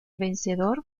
vencedor